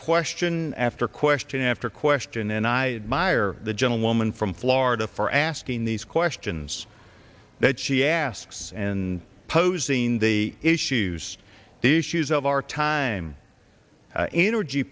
question after question after question and i mire the gentlewoman from florida for asking these questions that she asks and posing the issues the issues of our time energy